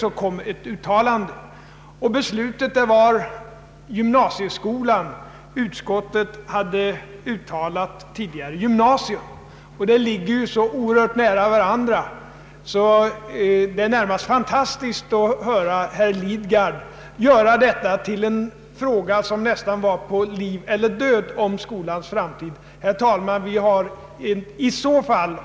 Beslutet blev att namnet skall vara gymnasieskolan. Utskottet hade tidigare uttalat sig för namnet gymnasiet, vilket ju ligger oerhört nära. Därför är det närmast fantastiskt att herr Lidgard gör detta till nära nog en fråga om skolans liv eller död. Herr talman!